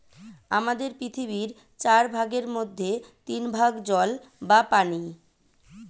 আমাদের পৃথিবীর চার ভাগের মধ্যে তিন ভাগ জল বা পানি